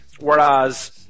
Whereas